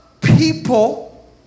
people